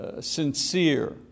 sincere